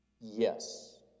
yes